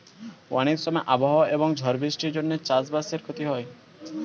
অনেক সময় আবহাওয়া এবং ঝড় বৃষ্টির জন্যে চাষ বাসের ক্ষতি হয়